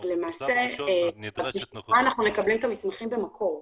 בשלב הראשון נדרשת נוכחות.